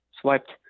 swiped